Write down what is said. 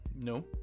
No